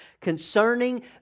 concerning